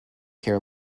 care